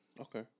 Okay